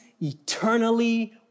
eternally